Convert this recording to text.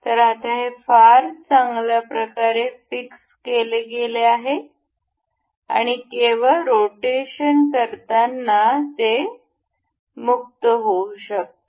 तर आता हे फार चांगल्या प्रकारे फिक्स केले गेले आहे आणि केवळ रोटेशन करताना ते मुक्त होऊ शकते